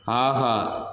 ஆஹா